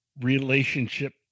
relationship